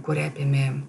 kuri apėmė